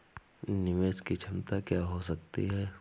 निवेश की क्षमता क्या हो सकती है?